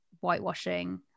whitewashing